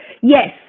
Yes